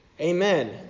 Amen